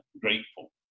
grateful